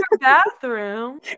bathroom